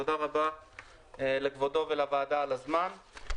תודה רבה לכבודו ולוועדה על הזמן.